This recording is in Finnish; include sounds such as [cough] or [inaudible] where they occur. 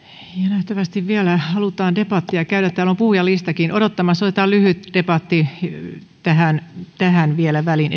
nähtävästi vielä halutaan debattia käydä täällä on puhujalistakin odottamassa mutta otetaan lyhyt debatti vielä tähän väliin [unintelligible]